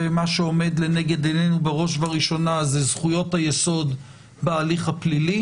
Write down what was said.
ומה שעומד לנגד עינינו בראש ובראשונה זה זכויות היסוד בהליך הפלילי.